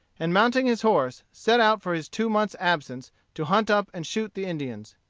and mounting his horse, set out for his two months' absence to hunt up and shoot the indians.